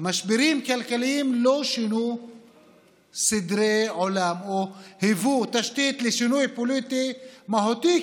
משברים כלכליים לא שינו סדרי עולם או היוו תשתית לשינוי פוליטי מהותי,